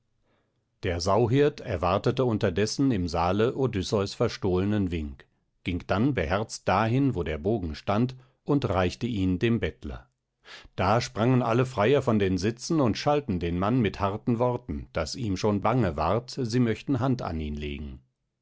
der sauhirt erwartete unterdessen im saale odysseus verstohlenen wink ging dann beherzt dahin wo der bogen stand und reichte ihn dem bettler da sprangen alle freier von den sitzen und schalten den mann mit harten worten daß ihm schon bange ward sie möchten hand an ihn legen